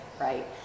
right